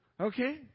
Okay